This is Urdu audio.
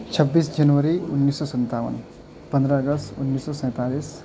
چھبیس جنوری انیس سو سنتاون پندرہ اگست انیس سو سینتالیس